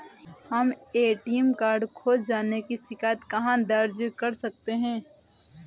हम ATM card खो जाने की शिकायत कहाँ दर्ज कर सकते हैं?